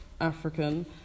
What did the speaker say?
African